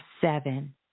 seven